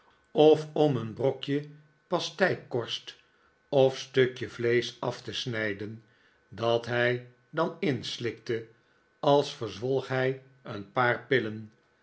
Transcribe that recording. of om een brokje pasteikorst of stukje vleesch af te snijden dat hij dan inslikte als verzwolg hij een paar pillen